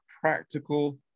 practical